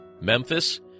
Memphis